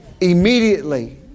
immediately